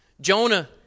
Jonah